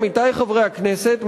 עמיתי חברי הכנסת,